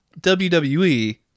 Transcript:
WWE